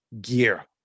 gear